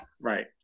right